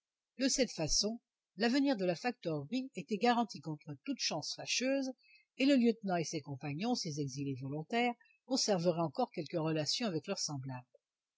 de cette façon l'avenir de la factorerie était garanti contre toute chance fâcheuse et le lieutenant et ses compagnons ces exilés volontaires conserveraient encore quelques relations avec leurs semblables